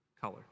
color